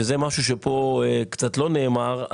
וזה משהו שפה קצת לא נאמר,